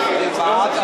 41 בעד,